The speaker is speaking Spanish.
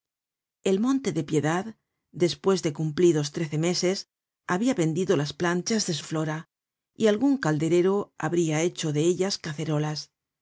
el monte de piedad despues de cumplidos trece meses habia vendido las planchas de su flora y algun calderero habria hecho de ellas cacerolas